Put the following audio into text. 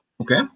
Okay